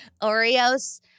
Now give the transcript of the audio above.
Oreos